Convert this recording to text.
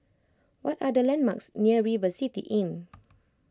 what are the landmarks near River City Inn